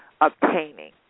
obtaining